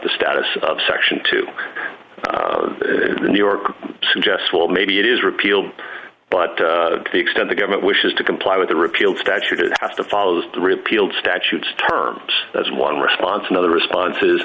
the status of section two the new york suggests well maybe it is repealed but to the extent the government wishes to comply with the repealed statute it has to follow this through repealed statutes terms as one response another response